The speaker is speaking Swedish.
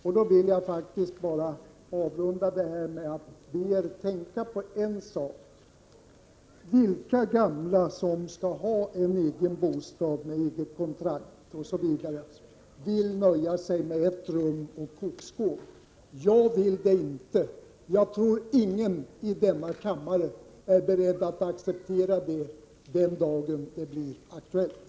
Jag vill avrunda diskussionen med att be er tänka på en sak: Vilka gamla som skall ha egen bostad med eget kontrakt osv. vill nöja sig med ett rum och kokskåp? Jag vill det inte. Jag tror att ingen i denna kammare är beredd att acceptera det den dag det blir aktuellt.